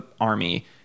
army